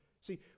See